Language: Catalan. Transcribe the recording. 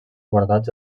guardats